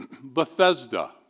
Bethesda